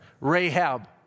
Rahab